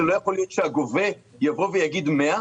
שלא יכול להיות שהגובה יגיד: 100,